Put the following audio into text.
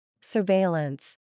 Surveillance